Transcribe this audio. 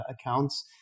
accounts